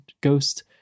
ghost